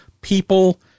people